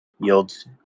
yields